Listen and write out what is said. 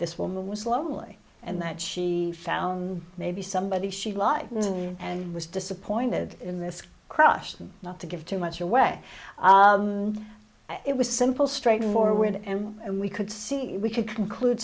this woman was lonely and that she found maybe somebody she lived in and was disappointed in this crush not to give too much away it was simple straightforward and and we could see we could conclude